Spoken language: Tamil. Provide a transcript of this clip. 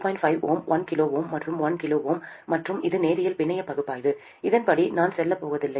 5 Ω 1 kΩ மற்றும் 1 kΩ மற்றும் இது நேரியல் பிணைய பகுப்பாய்வு இதன் படி நான் செல்லப் போவதில்லை